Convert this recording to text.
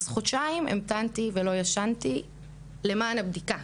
אז חודשיים המתנתי ולא ישנתי למען הבדיקה.